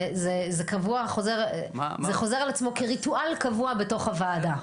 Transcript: זה חוזר על עצמו כריטואל קבוע בתוך הוועדה.